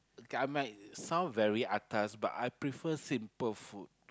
I might sound very atas but I prefer simple food